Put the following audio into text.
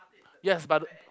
yes but the